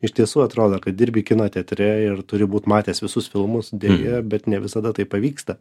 iš tiesų atrodo kad dirbi kino teatre ir turi būt matęs visus filmus deja bet ne visada taip pavyksta